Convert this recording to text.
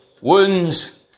Wounds